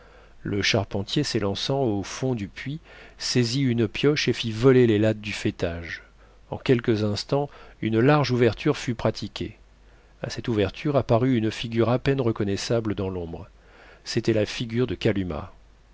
le charpentier s'élançant au fond du puits saisit une pioche et fit voler les lattes du faîtage en quelques instants une large ouverture fut pratiquée à cette ouverture apparut une figure à peine reconnaissable dans l'ombre c'était la figure de kalumah